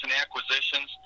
acquisitions